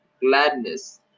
gladness